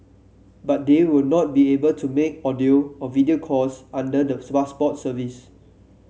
but they will not be able to make audio or video calls under the Passport service